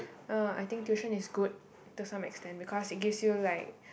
uh I think tuition is good to some extent because it gives you like